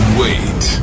wait